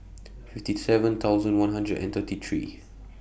fifty seven thousand one hundred and thirty three